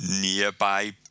nearby